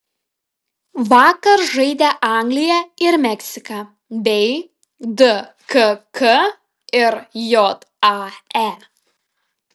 vakar žaidė anglija ir meksika bei dkk ir jae